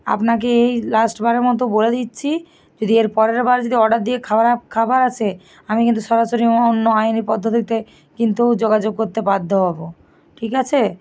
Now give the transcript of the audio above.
আপনাকে এই লাস্টবারের মতো বলে দিচ্ছি যদি এর পরের বার যদি অর্ডার দিয়ে খারাপ খাবার আসে আমি কিন্তু সরাসরি অন্য আইনি পদ্ধতিতে কিন্তু যোগাযোগ করতে বাধ্য হব ঠিক আছে